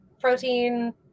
protein